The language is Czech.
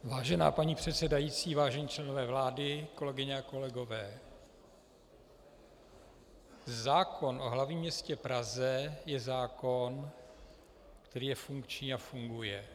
Vážená paní předsedající, vážení členové vlády, kolegyně a kolegové, zákon o hlavním městě Praze je zákon, který je funkční a funguje.